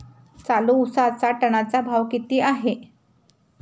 चालू उसाचा टनाचा भाव किती आहे?